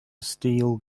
steel